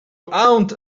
out